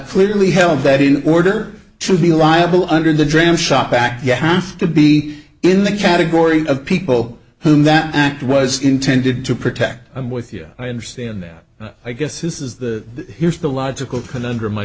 clearly held that in order to be liable under the dram shop act you have to be in the category of people whom that act was intended to protect i'm with you i understand that i guess this is the here's the logical con